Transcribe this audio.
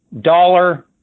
dollar